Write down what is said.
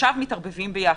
שעכשיו מתערבבים יחד.